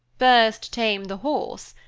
first tame the horse,